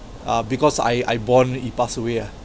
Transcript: uh because I I born he passed away ah